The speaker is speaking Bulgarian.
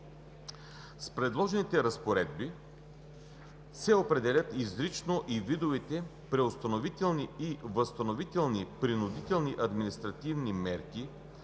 С предложените разпоредби се определят изрично и видовете преустановителни и възстановителни принудителни административни мерки,